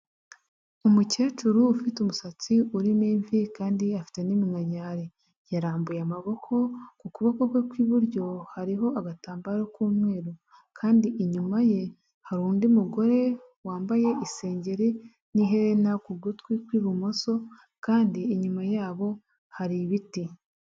Umukecuru ufite umusatsi urimo imvi kandi afite n'iminkanyari. Yarambuye amaboko, ku kuboko kwe kw'iburyo hariho agatambaro k'umweru kandi inyuma ye hari undi mugore wambaye isengeri n'iherena ku gutwi kw'ibumoso kandi inyuma yabo hari ibiti.